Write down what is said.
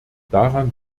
daran